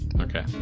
Okay